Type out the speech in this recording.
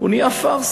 הוא נהיה פארסה.